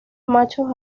machos